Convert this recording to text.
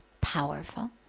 powerful